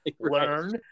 learn